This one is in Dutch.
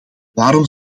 waarom